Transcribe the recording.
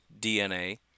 DNA